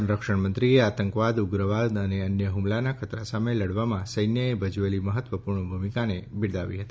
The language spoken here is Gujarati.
સંરક્ષણમંત્રીએ આતંકવાદ ઉગ્રવાદ અને અન્ય હમલાના ખતરા સામે લડવામાં સૈન્યએ ભજવેલી મહત્વપૂર્ણ ભૂમિકાને બિરદાવી હતી